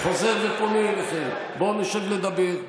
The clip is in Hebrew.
אני חוזר ופונה אליכם: בואו נשב לדבר.